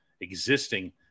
existing